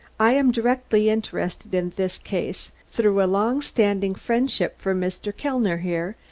i am directly interested in this case through a long-standing friendship for mr. kellner here,